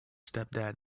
stepdad